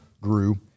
grew